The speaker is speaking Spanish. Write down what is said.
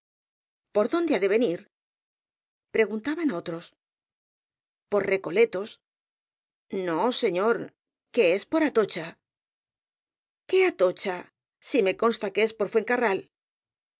por dónde va á venir preguntaban otros por recoletos no señor que es por atocha qué atocha si me consta que es por fuencarral te